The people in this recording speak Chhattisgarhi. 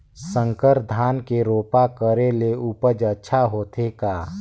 संकर धान के रोपा करे ले उपज अच्छा होथे का?